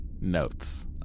notes